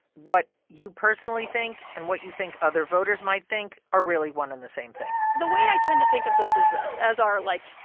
what you personally think and what you think other voters might think are really one and the same thing the way i tend to think of this is this as our, like,